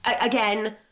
Again